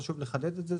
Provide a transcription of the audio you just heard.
חשוב לחדד את זה,